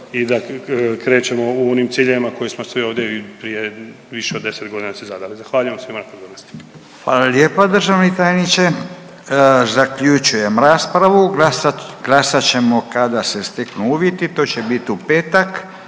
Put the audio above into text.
i da krećemo u onim ciljevima koje smo svi ovdje prije više od 10 godina si zadali. Zahvaljujem svima na pozornosti. **Radin, Furio (Nezavisni)** Hvala lijepa državni tajniče. Zaključujem raspravu. Glasat ćemo kada se steknu uvjeti. To će biti u petak